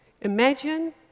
Imagine